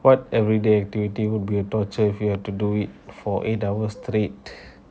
what everyday activity would be a torture if you had to do it for eight hour straight